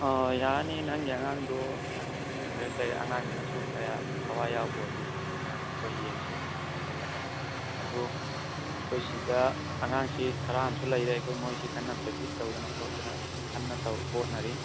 ꯑꯥ ꯌꯥꯅꯤ ꯅꯪꯒꯤ ꯑꯉꯥꯡꯗꯨ ꯅꯪꯅꯁꯨ ꯏꯟꯇꯔꯦꯁ ꯂꯩꯔꯦ ꯑꯉꯥꯡꯗꯨꯅꯁ ꯈꯔꯥ ꯊꯋꯥꯏ ꯌꯥꯎꯕ ꯑꯣꯏꯔꯗꯤ ꯑꯥ ꯑꯩꯈꯣꯏ ꯌꯦꯡꯁꯤ ꯂꯥꯛꯍꯜꯂꯒ ꯑꯗꯣ ꯑꯩꯈꯣꯏꯁꯤꯗ ꯑꯉꯥꯡꯁꯤ ꯈꯔ ꯑꯃꯁꯨ ꯂꯩꯔꯦ ꯑꯩꯈꯣꯏ ꯃꯣꯏꯁꯤ ꯀꯟꯅ ꯄ꯭ꯔꯦꯛꯇꯤꯁ ꯇꯧꯗꯅ ꯈꯣꯠꯇꯅ ꯀꯟꯅ ꯇꯧ ꯍꯣꯠꯅꯔꯤ